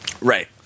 Right